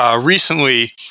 Recently